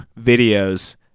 videos